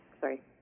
Sorry